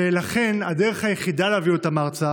ולכן הדרך היחידה להביא אותם ארצה